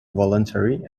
voluntary